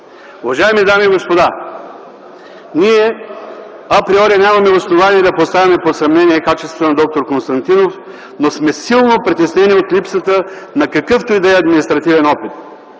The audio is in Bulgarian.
Уважаеми дами и господа, ние априори нямаме основание да поставяме под съмнение качествата на д-р Константинов, но сме силно притеснени от липсата на какъвто и да е административен опит.